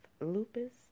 lupus